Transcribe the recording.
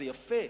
זה יפה,